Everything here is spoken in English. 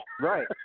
right